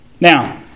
Now